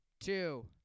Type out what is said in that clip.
Two